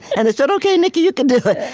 and they said, ok, nikki, you can do it.